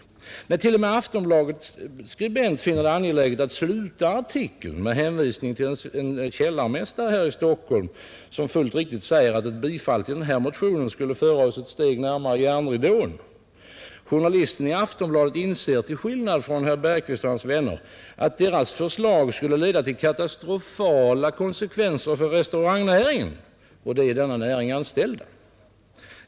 T. o. m Aftonbladets skribent finner det angeläget att sluta artikeln med en hänvisning till en källarmästare här i Stockholm som fullt riktigt säger att ett bifall till motionen skulle föra oss ett steg närmare järnridån. Journalisten i Aftonbladet inser — till skillnad från herr Bergqvist och hans vänner — att deras förslag skulle leda till katastrofala konsekvenser för restaurangnäringen och de i denna näring anställda.